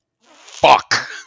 fuck